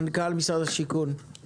מנכ"ל משרד השיכון.